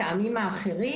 כעמים האחרים.